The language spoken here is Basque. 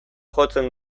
jotzen